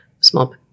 small